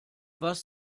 was